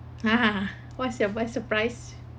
!huh! what's your best surprise